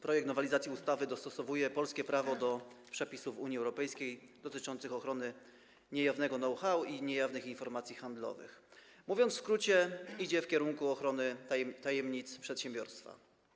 Projekt nowelizacji ustawy dostosowuje polskie prawo do przepisów Unii Europejskiej dotyczących ochrony niejawnego know-how i niejawnych informacji handlowych, mówiąc w skrócie, idzie w kierunku ochrony tajemnic przedsiębiorstwa.